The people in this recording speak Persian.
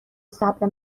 صبر